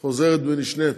חוזרת ונשנית,